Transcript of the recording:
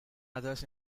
others